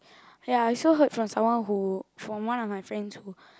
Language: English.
ya I also heard from someone who from one of my friends who